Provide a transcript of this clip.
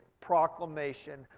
proclamation